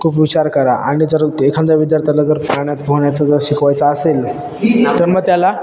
खूप विचार करा आणि जर एखाद्या विद्यार्थ्याला जर पाण्यात पोहण्याचं जर शिकवायचं असेल तर मग त्याला